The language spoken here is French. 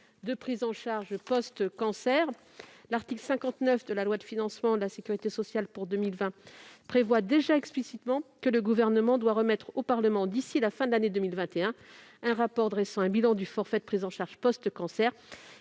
de prise en charge post-cancer. L'article 59 de la loi de financement de la sécurité sociale pour 2020 prévoit explicitement que le Gouvernement remettra au Parlement, d'ici à la fin de l'année 2021, un rapport dressant un bilan de ce forfait. Il n'y a donc